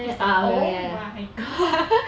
it's like oh my god